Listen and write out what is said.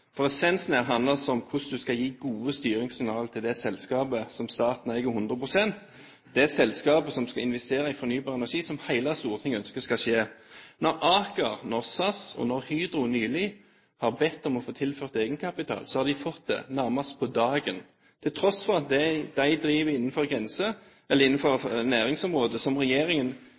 for essensen er hvordan man skal gi gode styringssignaler til det selskapet som staten eier 100 pst. – det selskapet som skal investere i fornybar energi, som hele Stortinget ønsker skal skje. Da Aker, SAS og Hydro nylig ba om å få tilført egenkapital, fikk de det nærmest på dagen til tross for at de driver innenfor næringsområder som regjeringen